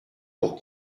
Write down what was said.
pour